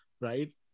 right